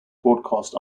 broadcast